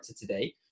today